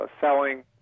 selling